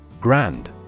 Grand